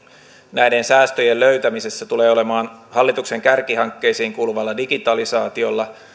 näiden säästöjen löytämisessä tulee olemaan hallituksen kärkihankkeisiin kuuluvalla digitalisaatiolla